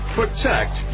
protect